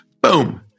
Boom